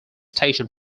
station